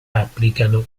applicano